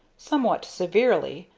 somewhat severely,